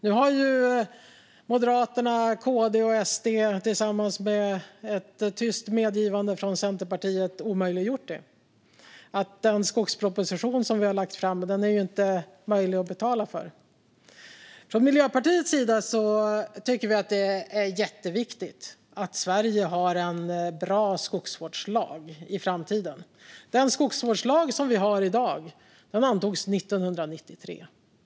Nu har Moderaterna, KD och SD och med ett tyst medgivande från Centerpartiet omöjliggjort att den skogsproposition vi har lagt fram ska gå att betala för. Från Miljöpartiets sida tycker vi att det är jätteviktigt att Sverige har en bra skogsvårdslag i framtiden. Den skogsvårdslag som vi har i dag antogs 1993.